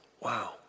wow